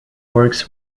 works